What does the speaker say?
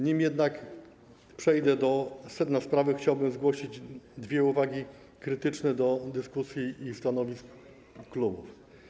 Nim jednak przejdę do sedna sprawy, chciałbym zgłosić dwie uwagi krytyczne do dyskusji i stanowisk klubów.